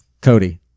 Cody